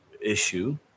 issue